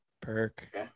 Perk